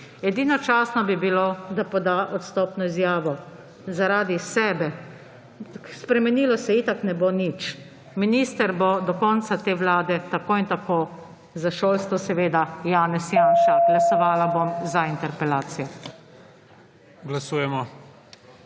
Edino častno bi bilo, da poda odstopno izjavo – zaradi sebe. Spremenilo se itak ne bo nič. Minister bo do konca te vlade tako in tako, za šolstvo seveda, Janez Janša. Glasovala bom za interpelacijo.